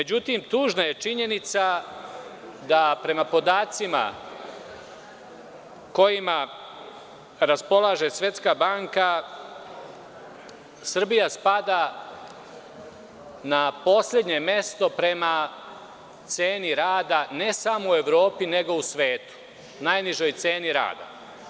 Međutim, tužna je činjenica da prema podacima kojima raspolaže Svetska banka, Srbija spada na poslednje mesto prema ceni rada, ne samo u Evropi nego i u svetu, najnižoj ceni rada.